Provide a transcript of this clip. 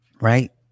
Right